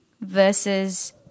versus